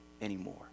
anymore